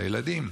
לילדים,